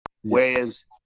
Whereas